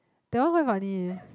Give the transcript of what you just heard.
that one quite funny